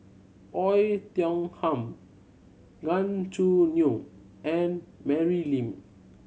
Oei Tiong Ham Gan Choo Neo and Mary Lim